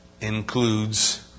includes